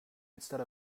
instead